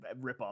ripoff